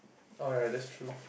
oh ya that's true